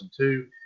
2002